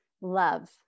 love